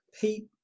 Pete